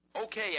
Okay